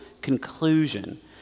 conclusion